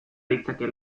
litzake